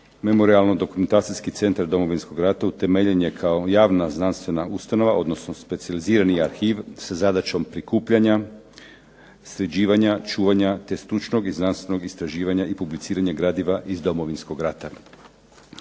memorijalno-dokumentacijski centar Domovinskog rata utemeljen je kao javna znanstvena ustanova odnosno specijalizirani arhiv sa zadaćom prikupljanja, sređivanja, čuvanja te stručnog i znanstvenog istraživanja i publiciranja gradiva iz Domovinskog rata.